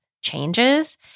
changes